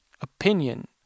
opinion